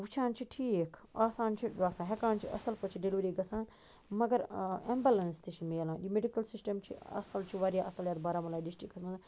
وٕچھان چھِ ٹھیٖک آسان چھِ ہیٚکان چھِ اَصٕل پٲٹھۍ چھِ ڈیٚلِؤری گژھان مگر اَمبٕلیٚنس تہِ چھِ ملان مڈِکل سِشٹم چھُ اَصٕل چھُ وارِیاہ اَصٕل یَتھ بارَہمولا ڈسٹرکس منٛز